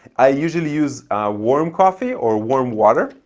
i usually use warm coffee or warm water.